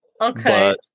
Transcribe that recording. okay